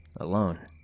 alone